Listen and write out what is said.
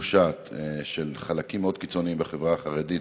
פושעת של חלקים מאוד קיצוניים בחברה החרדית,